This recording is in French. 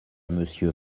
monsieur